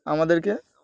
আমাদেরকে